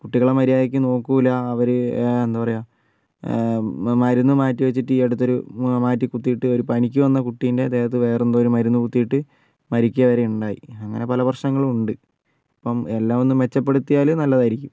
കുട്ടികളെ മര്യാദക്ക് നോക്കില്ല അവർ എന്താ പറയുക മരുന്ന് മാറ്റിവച്ചിട്ട് ഈയടുത്തൊരു മാറ്റി കുത്തിയിട്ട് ഒരു പനിക്ക് വന്ന കുട്ടീൻ്റെ ദേഹത്ത് വേറെ എന്തോ ഒരു മരുന്ന് കുത്തിയിട്ട് മരിക്കുക വരെ ഉണ്ടായി അങ്ങനെ പല പ്രശ്നങ്ങളും ഉണ്ട് അപ്പം എല്ലാം ഒന്ന് മെച്ചപ്പെടുത്തിയാൽ നല്ലതായിരിക്കും